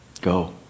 Go